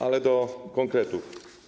Ale do konkretów.